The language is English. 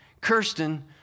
Kirsten